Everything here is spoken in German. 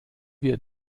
wir